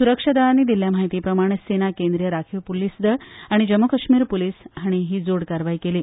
सुरक्षा दळांनी दिल्ले माहिती प्रमाण सेना केंद्रीय राखीव पुलीस दळ आनी जम्मू काश्मीर पुलीस हांणी ही जोड कारवाय केली